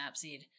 Snapseed